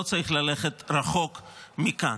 לא צריך ללכת רחוק מכאן.